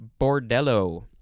bordello